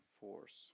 force